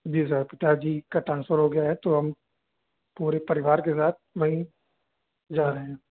जी sir पिता जी का ट्रांसफर हो गया है तो हम पूरी परिवार के साथ मैं जा रहे हैं